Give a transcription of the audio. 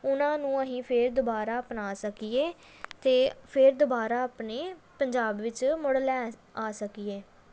ਉਹਨਾਂ ਨੂੰ ਅਸੀਂ ਫਿਰ ਦੁਬਾਰਾ ਅਪਣਾ ਸਕੀਏ ਅਤੇ ਫਿਰ ਦੁਬਾਰਾ ਆਪਣੇ ਪੰਜਾਬ ਵਿੱਚ ਮੁੜ ਲੈ ਆ ਸਕੀਏ